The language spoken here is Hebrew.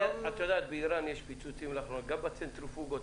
באירן יש פיצוצים, גם בצנטריפוגות.